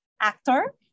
actor